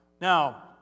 Now